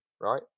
right